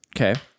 Okay